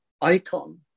icon